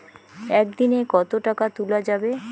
একদিন এ কতো টাকা তুলা যাবে?